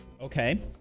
Okay